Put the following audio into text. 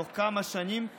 תוך כמה שנים,